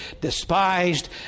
despised